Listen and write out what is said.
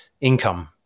income